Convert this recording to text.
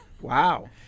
Wow